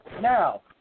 Now